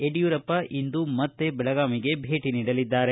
ಯಡಿಯೂರಪ್ಪ ಇಂದು ಮತ್ತೇ ಬೆಳಗಾವಿಗೆ ಭೇಟಿ ನೀಡಲಿದ್ದಾರೆ